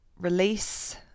release